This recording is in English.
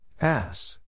Ass